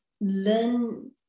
Learn